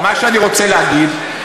מה שאני רוצה להגיד,